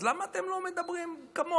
אז למה אתם לא מדברים כמוהו?